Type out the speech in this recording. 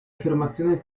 affermazione